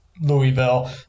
Louisville